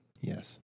Yes